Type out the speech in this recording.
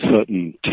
certain